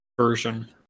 version